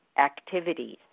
activities